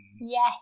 Yes